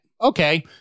Okay